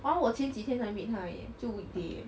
oh 我前几天才 meet 他而已 leh 就 weekday leh